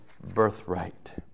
birthright